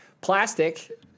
Plastic